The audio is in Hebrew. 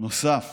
נוסף